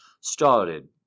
started